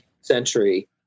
century